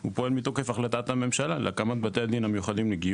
הוא פועל מתוקף החלטת הממשלה להקמת בתי הדין המיוחדים לגיור.